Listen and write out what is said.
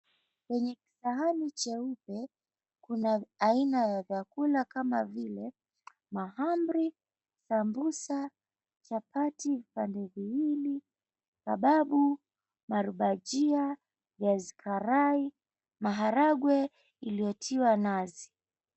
Kwenye kijisahani cheupe , kuna aina ya vyakula kama vile mahamri, sambusa, chapati vipande viwili , kababu maribajia , viazi karai, maharagwe iliyotiwa nazi.